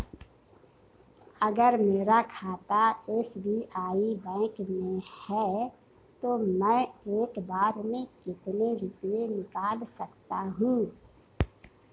अगर मेरा खाता एस.बी.आई बैंक में है तो मैं एक बार में कितने रुपए निकाल सकता हूँ?